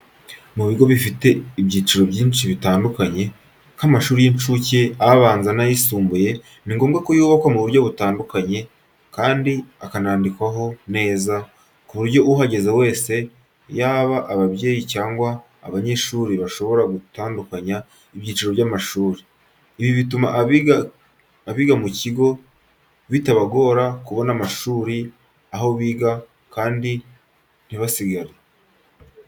Mu bigo bifite ibyiciro byinshi bitandukanye, nk’amashuri y’incuke, abanza n’ayisumbuye, ni ngombwa ko yubakwa mu buryo butandukanye, kandi akanandikwaho neza, ku buryo uhageze wese yaba ababyeyi cyangwa abanyeshuri bashobora gutandukanya ibyiciro by’amashuri. Ibi bituma abiga mu kigo bitabagora kubona amashuri aho biga kandi ntibasiragire.